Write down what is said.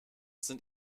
sind